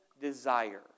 desire